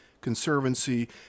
Conservancy